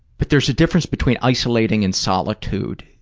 but there's a difference between isolating and solitude,